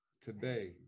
today